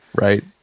right